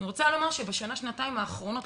בשנה-שנתיים האחרונות,